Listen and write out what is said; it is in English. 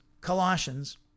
Colossians